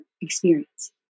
experience